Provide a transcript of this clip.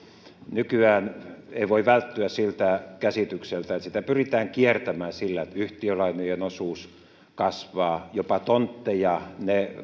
nykyään ei voi välttyä siltä käsitykseltä että sitä pyritään kiertämään sillä että yhtiölainojen osuus kasvaa jopa tontteja